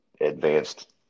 advanced